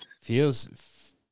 feels